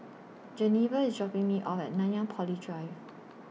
Geneva IS dropping Me off At Nanyang Poly Drive